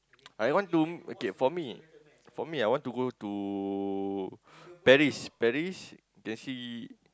I want to okay for me for me I want to go to Paris Paris and see